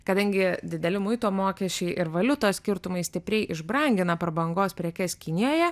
kadangi dideli muito mokesčiai ir valiutos skirtumai stipriai išbrangina prabangos prekes kinijoje